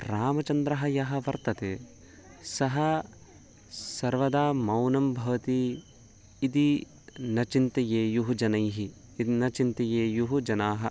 रामचन्द्रः यः वर्तते सः सर्वदा मौनं भवति इति न चिन्तयेयुः जनैः न चिन्तयेयुः जनाः